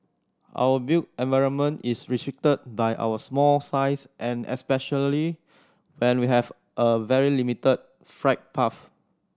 our built environment is restricted by our small size and especially when we have a very limited flight path